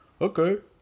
Okay